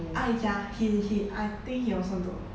ai jia he he I think he also don't know